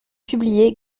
publiée